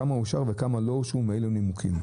כמה אושרו וכמה לא אושרו ומאילו נימוקים.